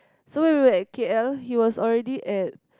so we were at K_L he was already at